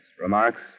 Remarks